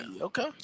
Okay